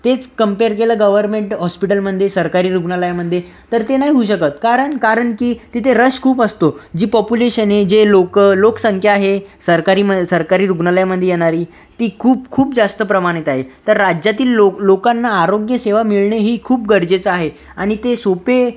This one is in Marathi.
तेच कंपेयेर केलं गव्हर्नमेंट हॉस्पिटलमध्ये सरकारी रुग्णालयामध्ये तर ते नाही होऊ शकत कारण कारण की तिथे रष खूप असतो जे पॉपुलेशन हे जे लोकं लोकसंख्या आहे सरकारी म सरकारी रुग्णालयामध्ये येणारी ती खूप खूप जास्त प्रमाणात आहे तर राज्यातील लोक लोकांना आरोग्यसेवा मिळणेही खूप गरजेचं आहे आणि ते सोपे